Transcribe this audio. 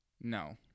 No